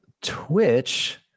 twitch